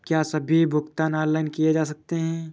क्या सभी भुगतान ऑनलाइन किए जा सकते हैं?